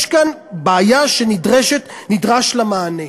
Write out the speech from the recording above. יש כאן בעיה שנדרש לה מענה.